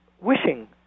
wishing